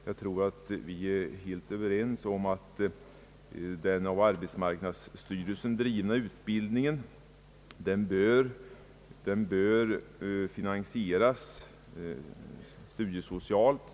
Jag tror att vi är helt överens om hur den av arbetsmarknadsstyrelsen bedrivna utbildningen bör finansieras studiesocialt.